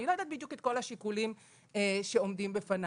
אני לא יודעת בדיוק את כל השיקולים שעומדים בפניו,